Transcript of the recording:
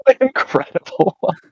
Incredible